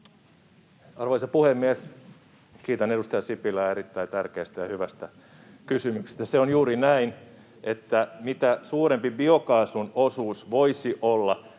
Arvoisa puhemies! Kiitän edustaja Sipilää erittäin tärkeästä ja hyvästä kysymyksestä. Se on juuri näin, että mitä suurempi biokaasun osuus voisi olla